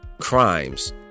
crimes